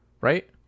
right